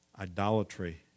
Idolatry